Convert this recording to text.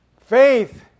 Faith